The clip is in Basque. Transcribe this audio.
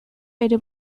ere